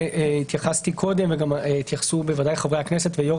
התייחסתי קודם והתייחסו גם חברי הכנסת ויו"ר